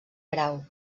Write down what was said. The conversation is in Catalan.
grau